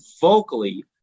vocally